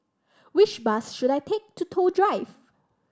which bus should I take to Toh Drive